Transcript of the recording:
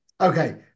Okay